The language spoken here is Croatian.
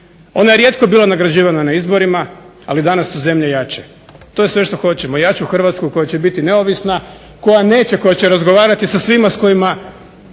Ona je rijetko bila nagrađivana na izborima, ali danas su zemlje jače. To je sve što hoćemo – jaču Hrvatsku koja će biti neovisna, koja neće koja će razgovarati sa svima sa kojima